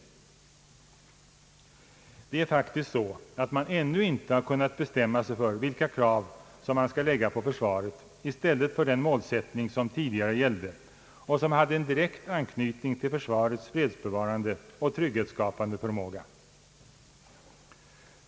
Det är faktiskt så, att man ännu inte har kunnat bestämma sig för vilka krav man skall lägga på försvaret i stället för den målsättning som tidigare gällde och som hade direkt anknytning till försvarets fredsbevarande och trygghetsskapande förmåga.